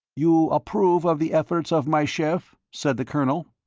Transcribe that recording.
you approve of the efforts of my chef? said the colonel.